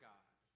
God